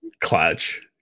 clutch